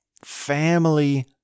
family